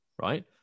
right